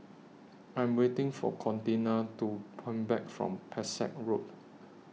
I Am waiting For Contina to Come Back from Pesek Road